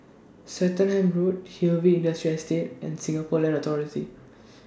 Swettenham Road Hillview Industrial Estate and Singapore Land Authority